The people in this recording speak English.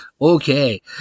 Okay